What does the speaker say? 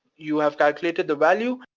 you have calculated the value.